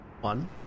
one